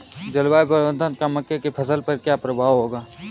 जलवायु परिवर्तन का मक्के की फसल पर क्या प्रभाव होगा?